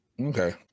okay